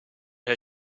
her